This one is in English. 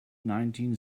nineteen